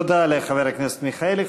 תודה לחבר הכנסת מיכאלי.